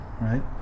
right